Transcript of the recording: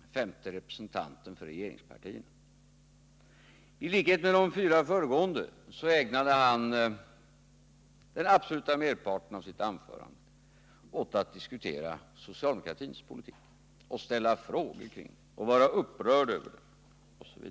den femte representanten för regeringspartierna. I likhet med de fyra föregående ägnade han den absoluta merparten av sitt anförande åt att diskutera socialdemokratins politik, att ställa frågor kring den, vara upprörd över den osv.